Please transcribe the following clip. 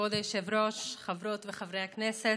כבוד היושב-ראש, חברות וחברי הכנסת,